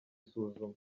isuzuma